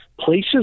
places